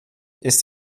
ist